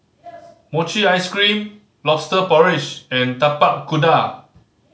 mochi ice cream Lobster Porridge and Tapak Kuda